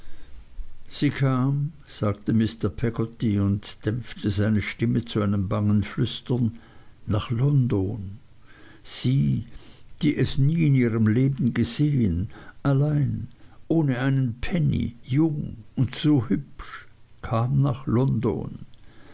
sie kam sagte mr peggotty und dämpfte seine stimme zu einem bangen flüstern nach london sie die es nie in ihrem leben gesehen allein ohne einen penny jung und so hübsch kam nach london